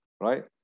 right